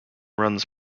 runs